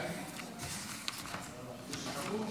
אדוני היושב-ראש,